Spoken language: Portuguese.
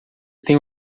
tem